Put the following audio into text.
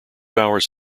hours